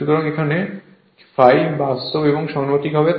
সুতরাং এখানে ∅ বাস্তব এবং সমানুপাতিক হবে